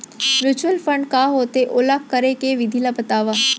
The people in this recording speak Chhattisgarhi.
म्यूचुअल फंड का होथे, ओला करे के विधि ला बतावव